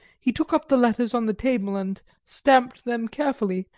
he took up the letters on the table and stamped them carefully,